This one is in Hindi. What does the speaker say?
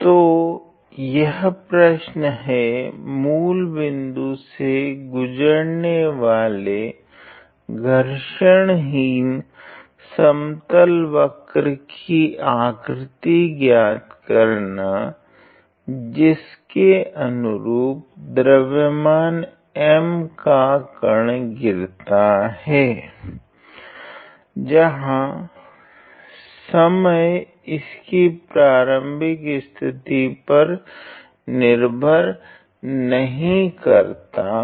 तो यह प्रश्न है मूल बिंदु से गुजरने वाले घर्षण हीन समतल वक्र की आकृति ज्ञात करना जिसके अनुरूप द्रव्यमान m का कण गिरता है जहाँ समय इसकी प्राथमिक स्थिति पर निर्भर नहीं करता है